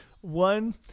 one